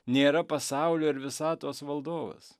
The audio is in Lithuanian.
nėra pasaulio ir visatos valdovas